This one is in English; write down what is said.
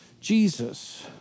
Jesus